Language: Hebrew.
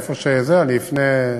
איפה, אני אפנה.